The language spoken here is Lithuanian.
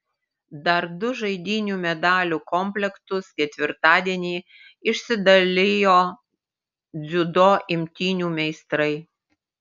dar du žaidynių medalių komplektus ketvirtadienį išsidalijo dziudo imtynių meistrai